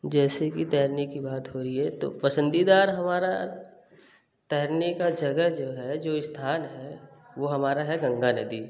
जैसे कि तैरने की बात हो रही है तो पसंदीदा हमारा तैरने का जगह जो है जो स्थान है वो हमारा है गंगा नदी